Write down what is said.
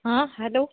हां हॅलो